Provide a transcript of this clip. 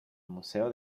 museo